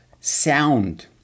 sound